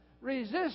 resist